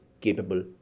capable